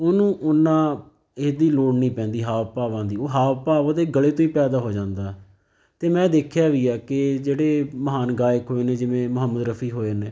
ਉਹਨੂੰ ਉਨਾਂ ਇਹਦੀ ਲੋੜ ਨਹੀਂ ਪੈਂਦੀ ਹਾਵ ਭਾਵਾਂ ਦੀ ਉਹ ਹਾਵ ਭਾਵ ਉਹਦੇ ਗਲੇ ਤੋਂ ਹੀ ਪੈਦਾ ਹੋ ਜਾਂਦਾ ਅਤੇ ਮੈਂ ਦੇਖਿਆ ਵੀ ਆ ਕਿ ਜਿਹੜੇ ਮਹਾਨ ਗਾਇਕ ਵੇਲੇ ਜਿਵੇਂ ਮੁਹੰਮਦ ਰਫੀ ਹੋਏ ਨੇ